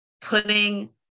putting